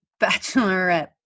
bachelorette